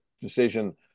decision